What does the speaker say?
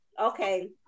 okay